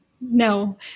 No